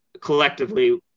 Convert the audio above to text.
collectively